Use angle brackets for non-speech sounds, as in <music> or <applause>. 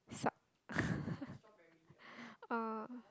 suck <laughs> uh